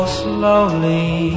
slowly